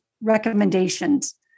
recommendations